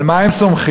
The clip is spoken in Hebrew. על מה הם סומכים?